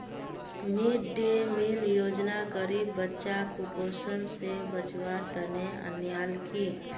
mid day meal योजना गरीब बच्चाक कुपोषण स बचव्वार तने अन्याल कि